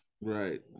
Right